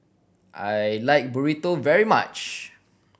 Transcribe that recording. I like Burrito very much